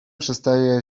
przestaje